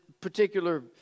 particular